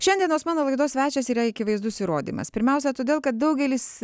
šiandienos mano laidos svečias yra akivaizdus įrodymas pirmiausia todėl kad daugelis